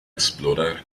explorar